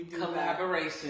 Collaboration